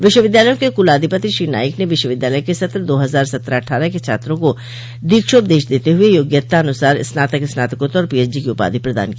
विश्वविद्यालयों के कुलाधिपति श्री नाईक ने विश्वविद्यालय के सत्र दो हजार सत्रह अट्ठारह के छात्रों को दीक्षोपदेश देते हुए योग्यतानसार स्नातक स्नाकोत्तर और पीएचडी की उपाधि प्रदान की